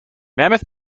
mammoth